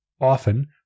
Often